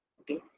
Okay